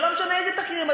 ולא משנה איזה תחקירים,